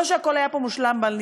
לא שהכול היה פה מושלם, בל נטעה,